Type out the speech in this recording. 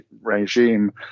regime